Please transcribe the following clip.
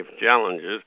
challenges